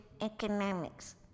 economics